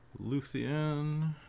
Luthien